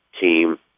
team